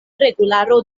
regularo